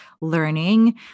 learning